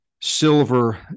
silver